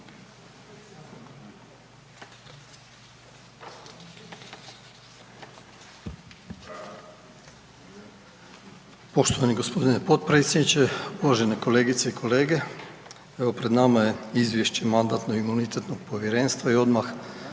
Poštovani gospodine potpredsjedniče, uvažene kolegice i kolege evo pred nama je izvješće Mandatno-imunitetnog povjerenstva i odmah